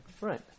Right